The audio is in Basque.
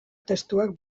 testuak